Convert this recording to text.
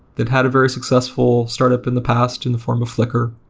they've had a very successful startup in the past in the form of flickr.